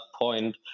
point